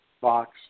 box